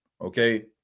okay